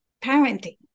parenting